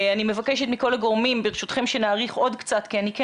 אני מבקשת מכל הגורמים שנאריך עוד קצת כי אני כן